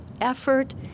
effort